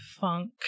funk